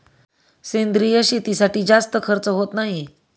सेंद्रिय शेतीसाठी जास्त खर्च होत नाही